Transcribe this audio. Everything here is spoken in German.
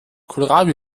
kohlrabi